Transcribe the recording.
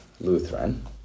Lutheran